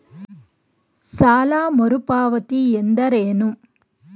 ಸಾಲ ಮರುಪಾವತಿ ಎಂದರೇನು?